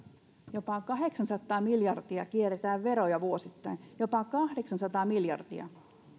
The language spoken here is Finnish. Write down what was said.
jopa kahdeksansataa miljardia kierretään veroja vuosittain jopa kahdeksansataa miljardia